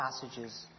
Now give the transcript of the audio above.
passages